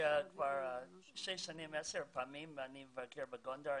כבר ביקרתי עשר פעמים בגונדר.